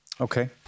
Okay